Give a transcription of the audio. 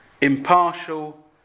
impartial